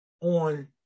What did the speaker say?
on